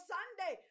Sunday